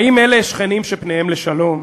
האם אלה שכנים שפניהם לשלום?